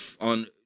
on